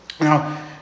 Now